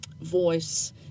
voice